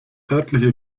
örtliche